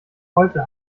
heute